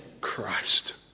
Christ